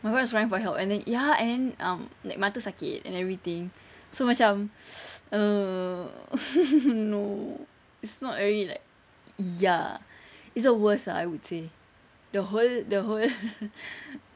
my back crying for help and then ya and um like mata sakit and everything so macam err no it's not very like ya it's the worst ah I would say the whole the whole